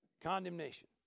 Condemnation